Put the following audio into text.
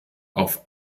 auf